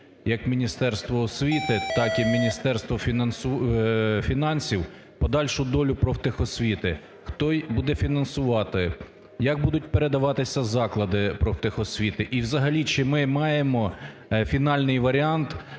як Міністерство освіти, так і Міністерство фінансів подальшу долю профтехосвіти. Хто буде фінансувати, як будуть передаватися заклади профтехосвіти і, взагалі, чи ми маємо фінальний варіант